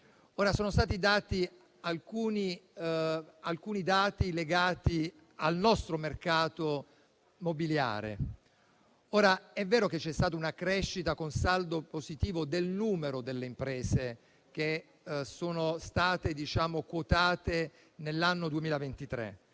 forniti alcuni dati legati al nostro mercato mobiliare. È vero che c'è stata una crescita con saldo positivo del numero delle imprese quotate nell'anno 2023.